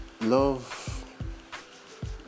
love